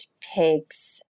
pigs